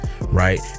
right